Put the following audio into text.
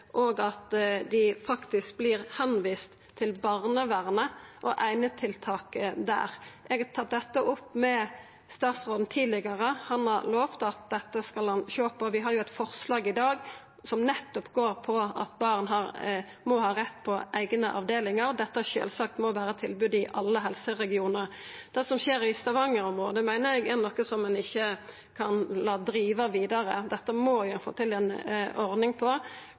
og at dei faktisk vert viste til barnevernet og einetiltaket der. Eg har tatt opp dette opp med statsråden tidlegare, og han har lova å sjå på det. Vi har eit forslag i dag som nettopp går på at barn må ha rett på eigne avdelingar, og at dette sjølvsagt må vera eit tilbod i alle helseregionar. Det som skjer i Stavanger-området, meiner eg er noko som ein ikkje kan la driva vidare. Dette må vi få til ei ordning på.